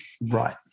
Right